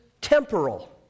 temporal